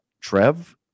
Trev